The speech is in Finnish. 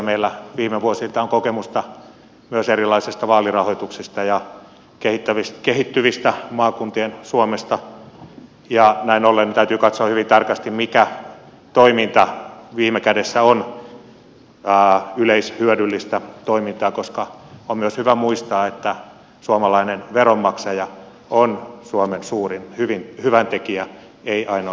meillä viime vuosilta on kokemusta myös erilaisista vaalirahoituksista ja kehittyvien maakuntien suomesta ja näin ollen täytyy katsoa hyvin tarkasti mikä toiminta viime kädessä on yleishyödyllistä toimintaa koska on myös hyvä muistaa että suomalainen veronmaksaja on suomen suurin hyväntekijä eivät ainoastaan lahjoittajat